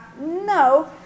no